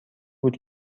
بود